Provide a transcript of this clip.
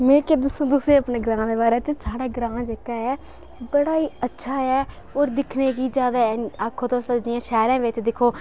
में केह् दस्सां तुसें ई अपने ग्रांऽ दे बारे च साढ़ा ग्रांऽ जेह्का ऐ बड़ा ई अच्छा ऐ होर दिक्खने गी जादै आक्खो तुस जि'यां शैह्रे बिच दिक्खो